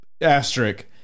asterisk